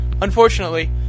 Unfortunately